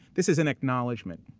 this is an acknowledgement.